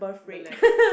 Millenials